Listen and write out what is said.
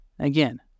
Again